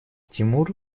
тимур